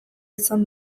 izan